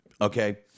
Okay